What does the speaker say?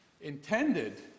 Intended